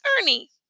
Ernie